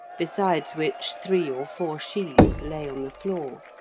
besides which three or four sheaves lay on the floor.